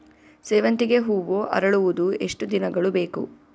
ಸೇವಂತಿಗೆ ಹೂವು ಅರಳುವುದು ಎಷ್ಟು ದಿನಗಳು ಬೇಕು?